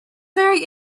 very